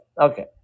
Okay